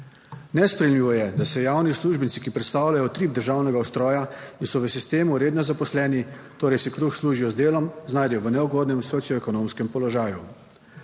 Nesprejemljivo je, da se javni uslužbenci, ki predstavljajo utrip državnega ustroja in so v sistemu redno zaposleni, torej si kruh služijo z delom, znajdejo v neugodnem socioekonomskem položaju.